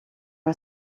are